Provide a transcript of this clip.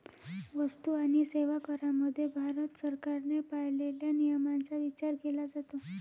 वस्तू आणि सेवा करामध्ये भारत सरकारने पाळलेल्या नियमांचा विचार केला जातो